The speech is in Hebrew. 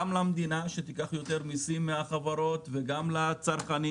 גל למדינה שתיקח יותר מיסים מהחברות וגם לצרכנים